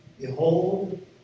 Behold